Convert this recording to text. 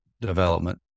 development